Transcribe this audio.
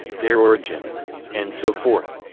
their origins and so forth,